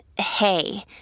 hey